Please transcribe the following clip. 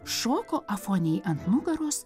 šoko afonijai ant nugaros